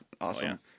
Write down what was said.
Awesome